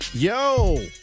Yo